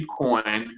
Bitcoin